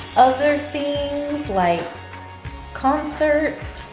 other things, like concerts.